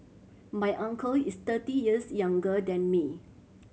my uncle is thirty years younger than me